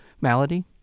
malady